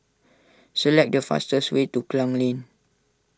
select the fastest way to Klang Lane